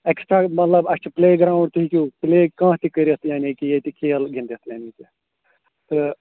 extra مطلب اَسہِ چھِ پٕلے گرٛاوُنٛڈ تُہۍ ہیٚکِو پٕلے کانٛہہ تہِ کٔرِتھ یعنی کہِ ییٚتہِ کھیل گِنٛدِتھ یعنی کہِ تہٕ